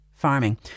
farming